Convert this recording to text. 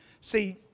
See